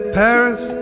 paris